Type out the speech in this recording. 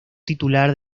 titular